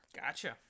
Gotcha